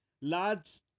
large